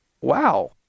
wow